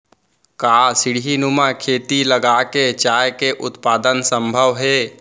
का सीढ़ीनुमा खेती लगा के चाय के उत्पादन सम्भव हे?